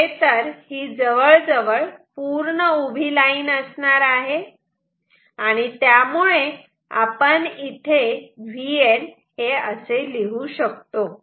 खरे तर ही जवळजवळ पूर्ण उभी लाईन असणार आहे आणि त्यामुळे आपण इथे Vn असे लिहू शकतो